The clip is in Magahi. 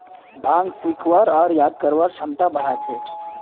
भांग सीखवार आर याद करवार क्षमता बढ़ा छे